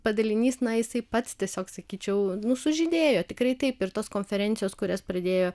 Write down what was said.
padalinys na jisai pats tiesiog sakyčiau nu sužydėjo tikrai taip ir tos konferencijos kurias pradėjo